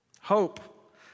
Hope